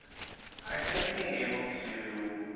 i think being able to